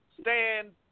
stand